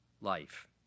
life